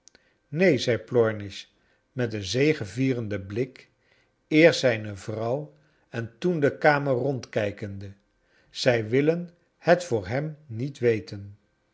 zei plomish met een zegevierenden blik eerst zijne vrouw en toen de kamer rondkijkende zij wilden het voor hem niet weten